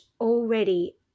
already